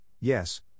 yes